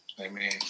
Amen